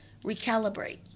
recalibrate